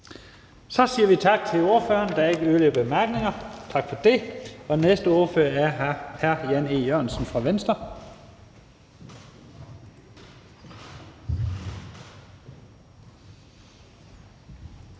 Så siger vi tak til ordføreren. Der er ingen yderligere bemærkninger. Og den næste ordfører er hr. Jan E. Jørgensen for Venstre.